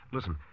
Listen